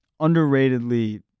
underratedly